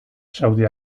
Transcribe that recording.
saudi